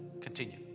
Continue